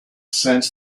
sense